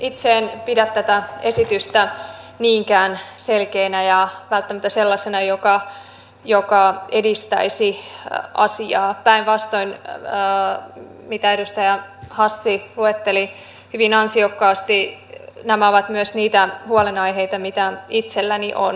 itse en pidä tätä esitystä niinkään selkeänä ja välttämättä sellaisena joka edistäisi asiaa päinvastoin mitä edustaja hassi luetteli hyvin ansiokkaasti nämä ovat myös niitä huolenaiheita mitä itselläni on